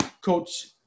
Coach